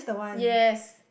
yes